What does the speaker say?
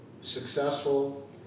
successful